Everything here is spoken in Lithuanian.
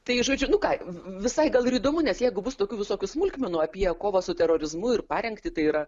tai žodžiu nu ką visai gal ir įdomu nes jeigu bus tokių visokių smulkmenų apie kovą su terorizmu ir parengtį tai yra